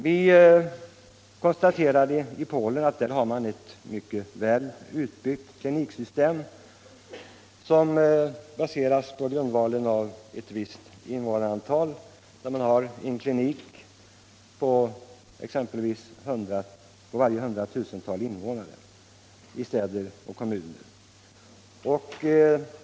Vi kan konstatera att man i Polen har ett mycket väl utbyggt kliniksystem, som baseras på invånarantalet. Man har en klinik på exempelvis varje 100 000-tal invånare i städer och kommuner.